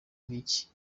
nk’iki